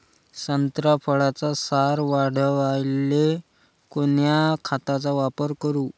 संत्रा फळाचा सार वाढवायले कोन्या खताचा वापर करू?